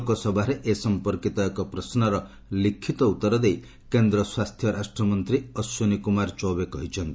ଲୋକସଭାରେ ଏ ସଂପର୍କିତ ଏକ ପ୍ରଶ୍ମର ଲିଖିତ ଉତ୍ତର ଦେଇ କେନ୍ଦ୍ର ସ୍ପାସ୍ଥ୍ୟ ରାଷ୍ଟ୍ରମନ୍ତ୍ରୀ ଅଶ୍ୱିନୀ କୁମାର ଚୌବେ ଏହା କହିଛନ୍ତି